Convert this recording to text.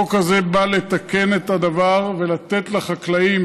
החוק הזה בא לתקן את הדבר ולתת לחקלאים,